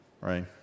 Right